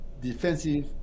defensive